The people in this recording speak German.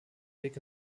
weg